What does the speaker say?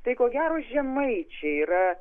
tai ko gero žemaičiai yra